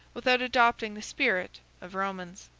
without adopting the spirit, of romans.